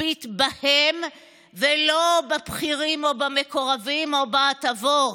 כספית בהם ולא בבכירים, במקורבים או בהטבות.